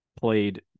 played